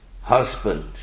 husband